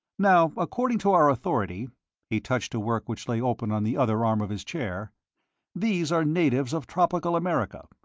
now, according to our authority he touched a work which lay open on the other arm of his chair these are natives of tropical america,